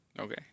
Okay